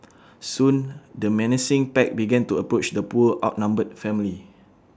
soon the menacing pack began to approach the poor outnumbered family